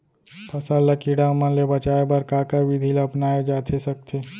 फसल ल कीड़ा मन ले बचाये बर का का विधि ल अपनाये जाथे सकथे?